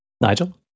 Nigel